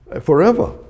forever